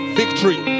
victory